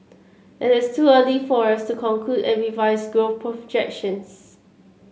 it is too early for us to conclude and revise growth projections